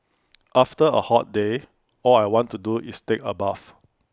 after A hot day all I want to do is take A bath